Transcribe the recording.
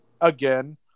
again